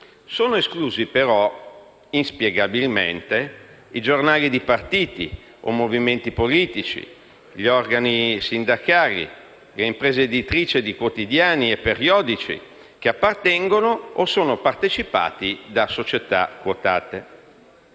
Sono esclusi però, inspiegabilmente, i giornali di partiti o movimenti politici, gli organi sindacali, le imprese editrici di quotidiani e periodici, che appartengono o sono partecipati da società quotate.